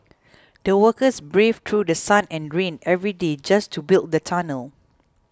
the workers braved through sun and rain every day just to build the tunnel